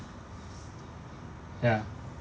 ya